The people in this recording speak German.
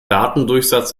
datendurchsatz